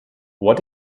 what